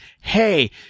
hey